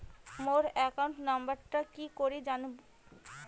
মোর account নাম্বারটা কি করি জানিম?